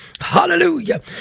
hallelujah